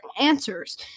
answers